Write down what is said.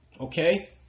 Okay